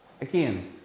Again